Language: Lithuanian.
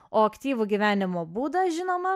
o aktyvų gyvenimo būdą žinoma